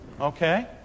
Okay